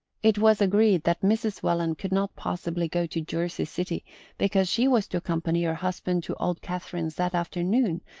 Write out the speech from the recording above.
it was agreed that mrs. welland could not possibly go to jersey city because she was to accompany her husband to old catherine's that afternoon,